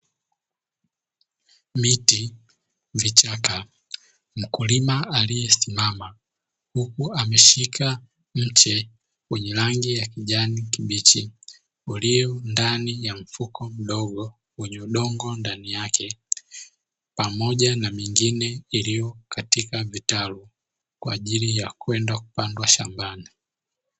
Miti vichaka mkulima aliyesimama huku ameshika mche wenye rangi ya kijani kibichi, uliyo ndani ya mfuko mdogo wenye udongo ndani yake pamoja na mengine yaliyo katika vitalu kwa ajili ya kwenda kupandwa shambani.